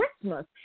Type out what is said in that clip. Christmas